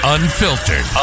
Unfiltered